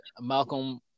Malcolm